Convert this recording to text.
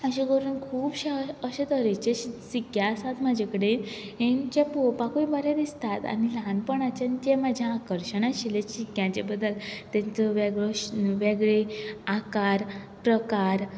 अशें करून खुबशे अशे तरेचे सिक्के आसात म्हजे कडेन जे पळोवपाकूय बरें दिसतात आनी ल्हानपणाच्यान जें म्हजें आकर्शण आशिल्लें शिक्क्यांच्या बद्दल तेंचो वेगळी आकार प्रकार